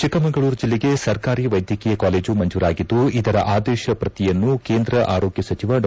ಚಿಕ್ಕಮಗಳೂರು ಜಿಲ್ಲೆಗೆ ಸರ್ಕಾರಿ ವೈದ್ಯಕೀಯ ಕಾಲೇಜು ಮಂಜೂರಾಗಿದ್ದು ಇದರ ಆದೇಶ ಪ್ರತಿಯನ್ನು ಕೇಂದ್ರ ಆರೋಗ್ಯ ಸಚಿವ ಡಾ